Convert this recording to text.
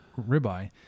ribeye